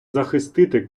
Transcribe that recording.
захистити